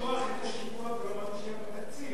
לשכוח את השיפור הדרמטי שהיה בתקציב.